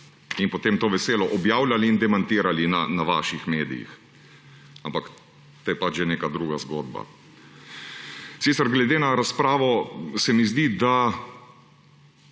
in potem to veselo objavljali in demantirali na vaših medijih. Ampak to je pač že neka druga zgodba. Glede na razpravo se mi sicer